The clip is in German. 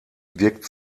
wirkt